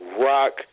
rock